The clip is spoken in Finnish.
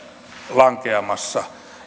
lankeamassa